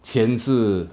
钱是